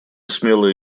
смелая